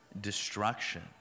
destruction